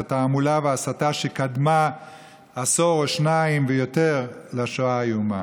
את התעמולה וההסתה שקדמו עשור או שניים ויותר לשואה האיומה.